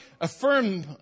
affirm